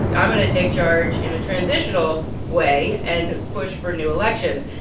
i'm going to take charge in a transitional way and push for new elections.